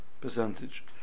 percentage